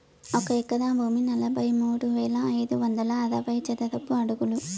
ఒక ఎకరా భూమి నలభై మూడు వేల ఐదు వందల అరవై చదరపు అడుగులు